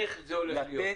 איך זה הולך להיות?